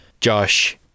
Josh